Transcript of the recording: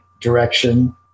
direction